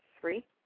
three